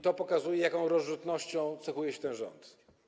To pokazuje, jaką rozrzutnością cechuje się ten rząd.